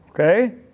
Okay